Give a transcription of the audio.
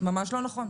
ממש לא נכון.